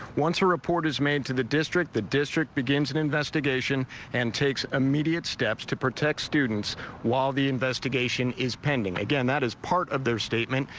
once a report is made to the district, the district begins an investigation and takes immediate steps to protect students while the investigation is pending. that is part of their statement.